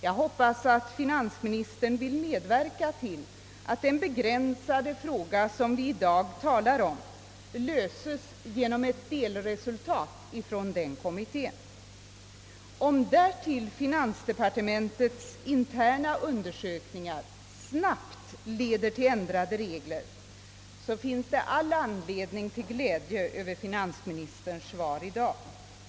Jag hoppas att finansministern vill medverka till att den begränsade fråga vi i dag talar om löses genom ett delresultat från den kommittén. Om därtill finansdepartementets interna undersökningar snabbt leder till ändrade regler, finns det all anledning att glädja sig över finansministerns svar i dag.